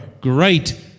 great